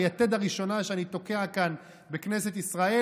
היתד הראשונה שאני תוקע כאן בכנסת ישראל,